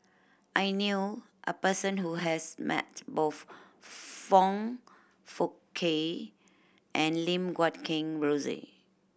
I knew a person who has met both Foong Fook Kay and Lim Guat Kheng Rosie